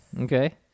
Okay